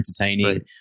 entertaining